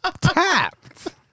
Tapped